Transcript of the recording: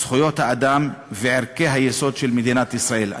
זכויות האדם וערכי היסוד של מדינת ישראל.